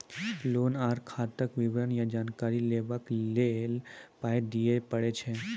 Loan आर खाताक विवरण या जानकारी लेबाक लेल पाय दिये पड़ै छै?